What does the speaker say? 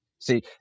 See